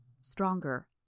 Stronger